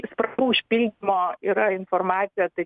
spragų užpildymo yra informacija tai